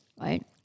right